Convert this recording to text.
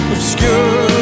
Obscure